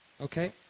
Okay